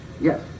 yes